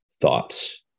thoughts